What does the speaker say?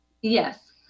Yes